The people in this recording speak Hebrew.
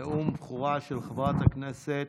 נאום בכורה של חברת הכנסת